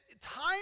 Time